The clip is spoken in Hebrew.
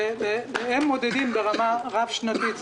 הן מודדות ברמה רב-שנתית.